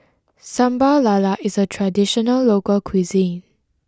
Sambal Lala is a traditional local cuisine